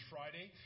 Friday